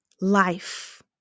life